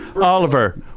oliver